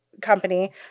Company